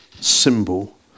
symbol